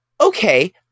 okay